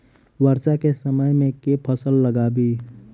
वर्षा केँ समय मे केँ फसल लगाबी?